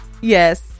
yes